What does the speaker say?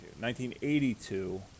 1982